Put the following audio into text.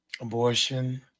Abortion